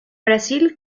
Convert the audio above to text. brasil